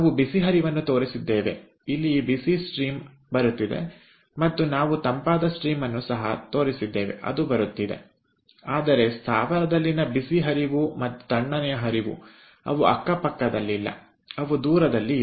ನಾವು ಬಿಸಿ ಹರಿವನ್ನು ತೋರಿಸಿದ್ದೇವೆ ಇಲ್ಲಿ ಈ ಬಿಸಿ ಹರಿವು ಬರುತ್ತಿದೆ ಮತ್ತು ನಾವು ತಂಪಾದ ಹರಿವನ್ನು ಸಹ ತೋರಿಸಿದ್ದೇವೆಅದು ಬರುತ್ತಿದೆ ಆದರೆ ಸ್ಥಾವರದಲ್ಲಿನ ಬಿಸಿ ಹರಿವು ಮತ್ತು ತಣ್ಣನೆಯ ಹರಿವು ಅವು ಅಕ್ಕಪಕ್ಕದಲ್ಲಿಲ್ಲ ಅವು ದೂರದಲ್ಲಿ ಇವೆ